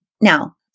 Now